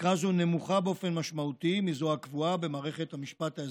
תקרה זו נמוכה באופן משמעותי מזו הקבועה במערכת המשפט האזרחית,